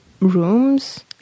rooms